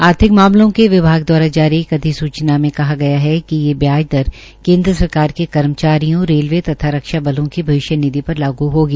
आर्थिक मामलों के विभाग द्वारा जारी एक अधिसूचना में कहा है कि यह ब्याज दर केन्द्र सरकार के कर्मचारियों रेलवे तथा रक्षा बलों की भविष्य निधि योजना लागू होगी